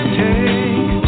take